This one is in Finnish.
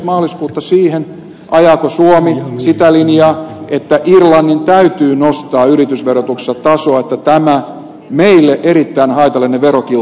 maaliskuuta siihen ajaako suomi sitä linjaa että irlannin täytyy nostaa yritysverotuksensa tasoa että tämä meille erittäin haitallinen verokilpailu ei jatku